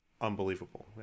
unbelievable